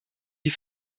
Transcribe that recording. die